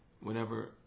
Whenever